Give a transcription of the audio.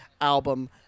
album